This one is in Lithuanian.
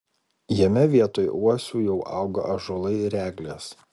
jame vietoj uosių jau auga ąžuolai ir eglės